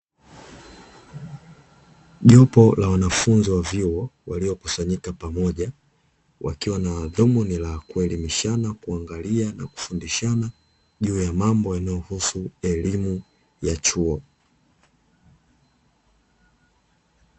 Jopo la wanafunzi wa elimu ya vyuo, wakiwa wamekusanyana pamoja, wakiwa na dhumumi ka kuelimishana, kuangalia na kufundishana juu ya mambo yanayohusu elimu ya chuo.